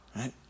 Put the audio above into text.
right